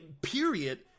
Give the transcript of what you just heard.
period